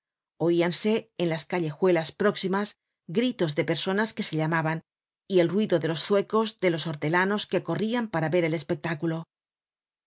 oíase en las callejuelas próximas gritos de personas que se llamaban y el ruido de los zuecos de los hortelanos que corrian para ver el espectáculo